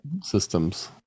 Systems